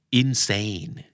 insane